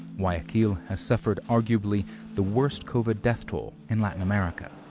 guayaquil has suffered arguably the worst covid death toll in latin america.